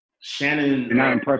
Shannon